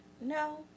No